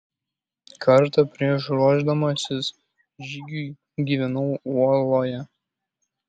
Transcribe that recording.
kartą prieš ruošdamasis žygiui gyvenau uoloje